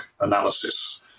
analysis